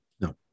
No